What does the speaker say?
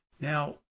Now